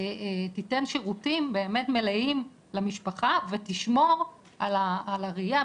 תיתן שירותים באמת מלאים למשפחה ותשמור על הראייה,